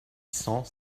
cent